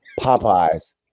Popeyes